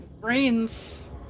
brains